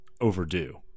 overdue